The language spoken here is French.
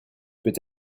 peut